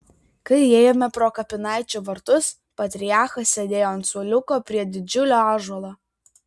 kai įėjome pro kapinaičių vartus patriarchas sėdėjo ant suoliuko prie didžiulio ąžuolo